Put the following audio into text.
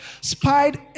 spied